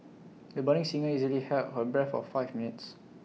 the budding singer easily held her breath for five minutes